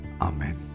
Amen